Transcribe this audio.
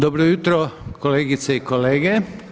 Dobro jutro kolegice i kolege.